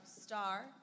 star